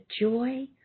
joy